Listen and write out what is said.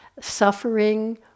suffering